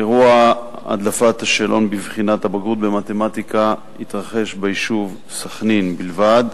אירוע הדלפת השאלון של בחינת הבגרות במתמטיקה התרחש ביישוב סח'נין בלבד,